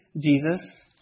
Jesus